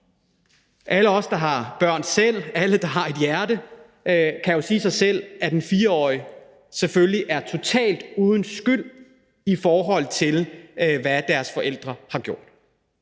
alle os, der har børn selv, alle, der har et hjerte, kan jo sige sig selv, at en 4-årig selvfølgelig er totalt uden skyld, i forhold til hvad deres forældre har gjort.